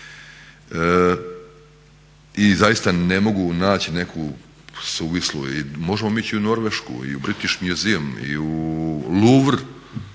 I zaista ne mogu naći neku suvislu, možemo mi ići i u Norvešku i u British Museum i u Louvre